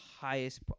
highest